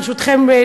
ברשותכם,